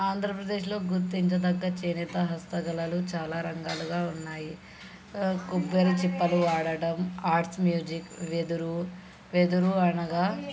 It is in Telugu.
ఆంధ్రప్రదేశ్లో గుర్తించదగ్గ చేనేత హస్త కళలు చాలా రంగాలుగాా ఉన్నాయి కొబ్బరి చిప్పలు వాడడం ఆర్ట్స్ మ్యూజిక్ వెదురు వెదురు అనగా